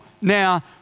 now